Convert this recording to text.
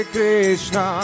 Krishna